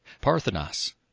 Parthenos